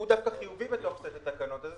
שהוא דווקא חיובי בתוך סט התקנות הזה,